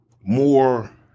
more